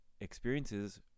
experiences